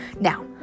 now